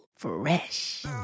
Fresh